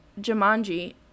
Jumanji